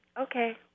Okay